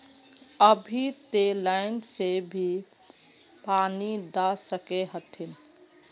अभी ते लाइन से भी पानी दा सके हथीन?